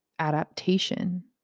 adaptation